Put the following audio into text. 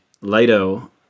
Lido